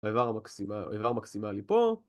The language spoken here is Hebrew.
האיבר המקסימלי.. האיבר המקסימלי פה.